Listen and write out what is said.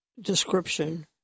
Description